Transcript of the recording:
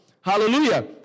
Hallelujah